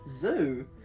Zoo